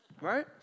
Right